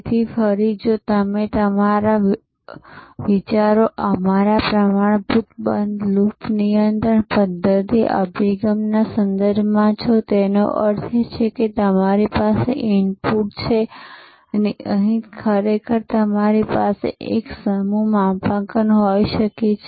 તેથી ફરીથી જો તમારો વિચાર અમારા પ્રમાણભૂત બંધ લૂપ નિયંત્રણ પધ્ધતિ અભિગમના સંદર્ભમાં છેતેનો અર્થ એ કે તમારી પાસે ઇનપુટ છે અને અહીં તમારી પાસે ખરેખર એક સમૂહ માપાંકન હોઈ શકે છે